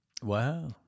Wow